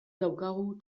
daukagu